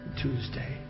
Tuesday